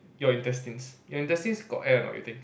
your intestines your intestines got air or not you think